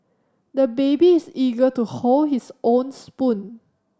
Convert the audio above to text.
the baby is eager to hold his own spoon